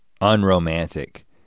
unromantic